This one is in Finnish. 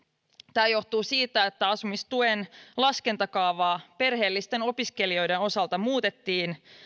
tämä johtuu siitä että asumistuen laskentakaavaa perheellisten opiskelijoiden osalta muutettiin